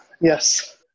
Yes